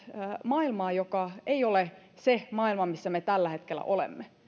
maailmaa joka ei ole se maailma missä me tällä hetkellä olemme